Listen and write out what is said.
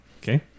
Okay